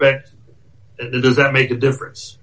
that does that make a difference